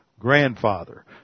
grandfather